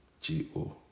G-O